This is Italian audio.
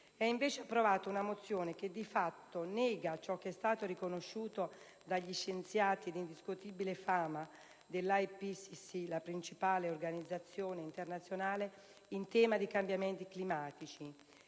ha invece approvato una mozione che di fatto nega ciò che è stato riconosciuto dagli scienziati di indiscutibile fama dell'IPCC, la principale organizzazione internazionale in tema di cambiamenti climatici,